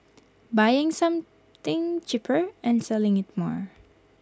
buying something cheaper and selling IT more